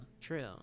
True